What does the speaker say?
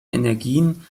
energien